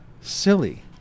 silly